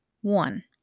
One